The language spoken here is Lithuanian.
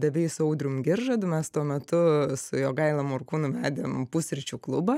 davei su audrium giržadu mes tuo metu su jogaila morkūnu vedėm pusryčių klubą